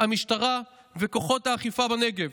המשטרה וכוחות האכיפה בנגב,